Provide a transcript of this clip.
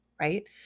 right